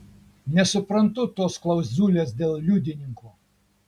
nesuprantu tos klauzulės dėl liudininkų